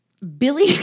Billy